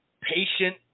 patient